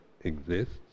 exists